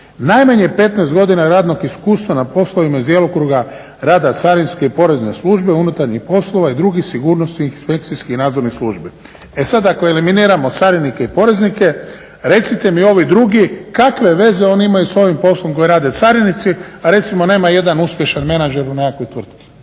Najmanje 15 godina radnog iskustva na poslovima iz djelokruga rada carinske i porezne službe, unutarnjih poslova i drugih sigurnosnih inspekcijskih i nadzornih službi. E sad ako eliminiramo carinike i poreznike recite mi ovi drugi kakve veze oni imaju s ovim poslom koji rade carinici, a recimo nema jedan uspješan menadžer u nekakvoj tvrtki.